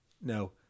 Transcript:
No